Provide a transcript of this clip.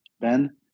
Ben